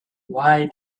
why